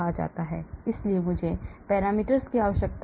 इसलिए मुझे parameters की आवश्यकता है